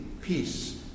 Peace